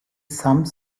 some